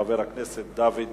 חבר הכנסת דוד רותם.